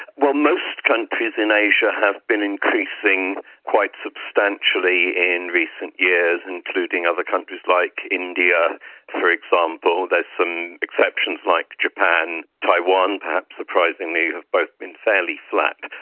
most countries in asia have been increasing quite substantially in recent years, including other countries like india for example. there are some exceptions like japan, taiwan perhaps surprisingly have both been fairly flat.